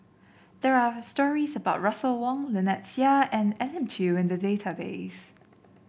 there are stories about Russel Wong Lynnette Seah and Elim Chew in the database